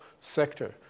sector